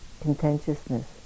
contentiousness